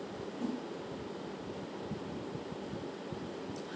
mmhmm